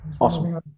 awesome